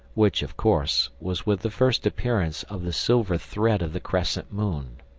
which, of course, was with the first appearance of the silver thread of the crescent moon.